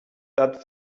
that